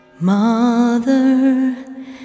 Mother